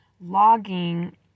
logging